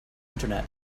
internet